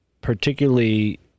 particularly